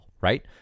right